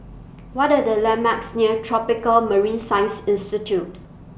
What Are The landmarks near Tropical Marine Science Institute